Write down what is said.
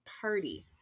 party